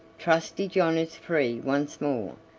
trusty john is free once more,